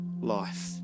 life